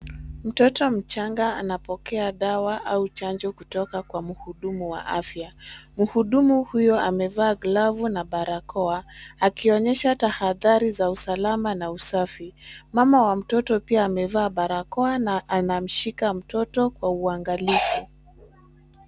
Mtoto mchanga anapokea dawa au chanjo kutoka kwa mhudumu wa afya. Mhudumu huyu amevaa glavu na barakoa, akionyesha tahadhari za usalama na usafi. Mama wa mtoto pia amevaa barakoa na anamshika mtoto kwa uangalifu.